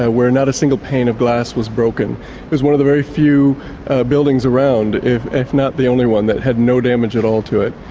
ah where not a single pane of glass was broken. it was one of the very few buildings around, if if not the only one, that had no damage at all to it.